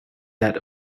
that